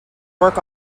work